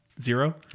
Zero